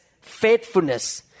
faithfulness